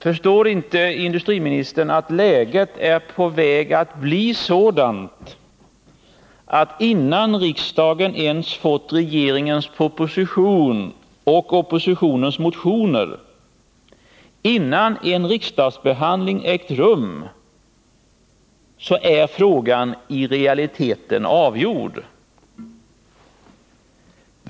Förstår inte industriministern att läget är på väg att bli sådant att innan riksdagen ens fått regeringens proposition och oppositionens motioner — alltså innan en riksdagsbehandling ägt rum — är frågan i realiteten avgjord?